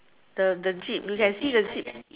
the the jeep you can see the jeep